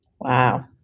Wow